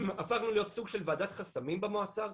הפכנו להיות סוג של ועדת חסמים במועצה הארצית,